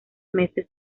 meses